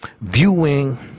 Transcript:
viewing